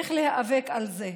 צריך להיאבק על זה.